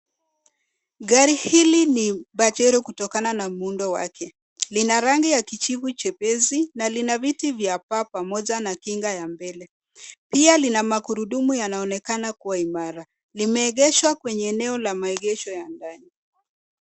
Gari hili ni Pajero kutokana na muundo wake. Lina rangi ya kijivu chepesi na lina vitu vya paa pamoja na kinga ya mbele. Pia lina magurudumu na yanaonekana kuwa imara. Limeegeshwa kwenye eneo la maegesho ya ndani.